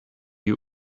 you